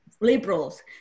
Liberals